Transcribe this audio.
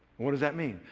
what's that mean?